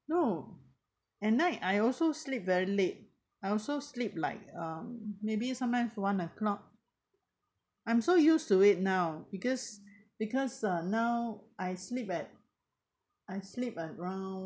no at night I also sleep very late I also sleep like um maybe sometimes one O clock I'm so used to it now because because uh now I sleep at I sleep around